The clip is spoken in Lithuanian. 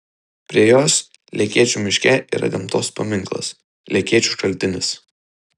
prie jos lekėčių miške yra gamtos paminklas lekėčių šaltinis